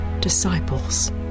disciples